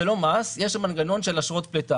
זה לא מס, יש שם מנגנון של אשרות פליט,.